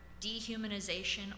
dehumanization